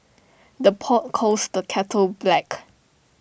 the pot calls the kettle black